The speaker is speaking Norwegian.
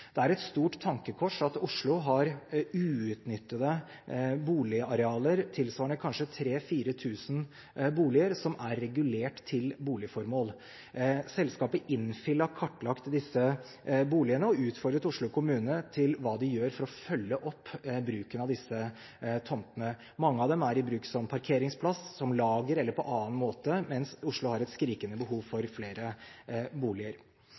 Det er et stort tankekors at Oslo har uutnyttede boligarealer, tilsvarende kanskje 3 000–4 000 boliger, som er regulert til boligformål. Selskapet Infill har kartlagt disse boligene og utfordret Oslo kommune til hva de gjør for å følge opp bruken av disse tomtene. Mange av dem er i bruk som parkeringsplass, som lager eller på annen måte, mens Oslo har et skrikende behov for flere boliger.